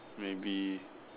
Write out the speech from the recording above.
maybe